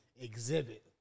exhibit